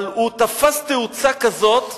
אבל הוא תפס תאוצה כזאת,